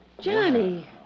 Johnny